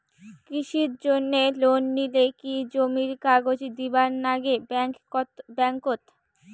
কৃষির জন্যে লোন নিলে কি জমির কাগজ দিবার নাগে ব্যাংক ওত?